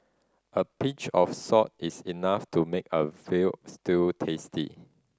a pinch of salt is enough to make a veal stew tasty